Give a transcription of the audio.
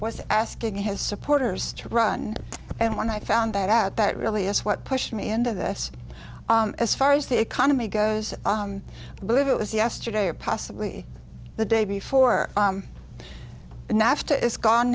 was asking his supporters to run and when i found that out that really is what pushed me into this as far as the economy goes live it was yesterday or possibly the day before nafta is gone